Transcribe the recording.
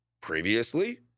Previously